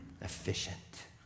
Efficient